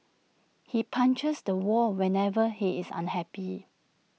he punches the wall whenever he is unhappy